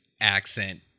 accent